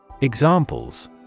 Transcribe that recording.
Examples